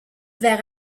vers